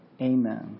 Amen